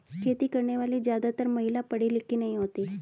खेती करने वाली ज्यादातर महिला पढ़ी लिखी नहीं होती